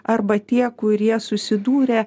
arba tie kurie susidūrę